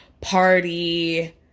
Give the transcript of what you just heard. party